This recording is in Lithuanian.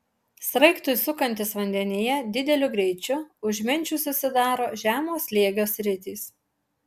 sraigtui sukantis vandenyje dideliu greičiu už menčių susidaro žemo slėgio sritys